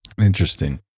Interesting